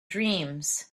dreams